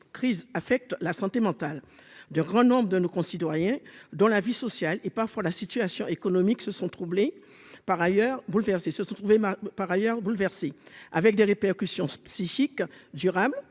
cette crise affecte la santé mentale de grand nombre de nos concitoyens dans la vie sociale et parfois la situation économique se sont troublés par ailleurs bouleversé, se sont trouvés ma par ailleurs